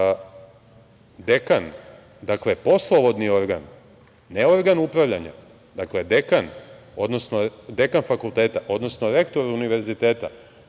dekan, dakle poslovodni organ, ne organ upravljanja, dekan fakulteta, odnosno rektor univerziteta